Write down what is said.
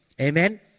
Amen